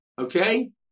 Okay